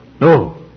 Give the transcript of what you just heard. No